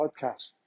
podcast